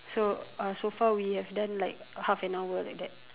so uh so far we have done like half an hour like that